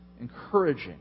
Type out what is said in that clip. encouraging